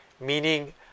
meaning